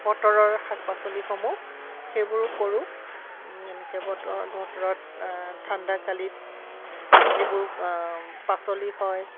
বতৰৰ শাক পাচলিসমূহ সেইবোৰো কৰোঁ এনেকৈ বতৰ বতৰত ঠাণ্ডাকালিত যিবোৰ পাচলি হয়